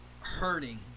hurting